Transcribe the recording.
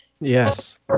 yes